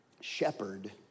shepherd